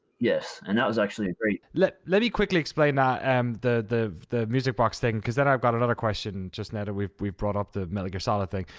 yes. and that was actually a great let let me quickly explain that, um the the music box thing cause then i've got another question, just now that we've we've brought up the metal gear solid thing.